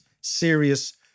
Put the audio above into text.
serious